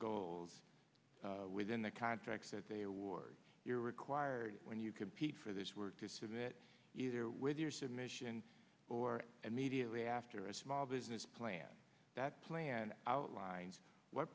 goals within the contracts that they award you're required when you compete for this work to submit either with your submission or immediately after a small business plan that plan outlines what